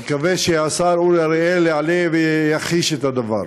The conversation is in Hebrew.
אני מקווה שהשר אורי אריאל יעלה ויכחיש את הדבר.